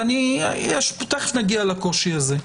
תכף נגיע לקושי הזה.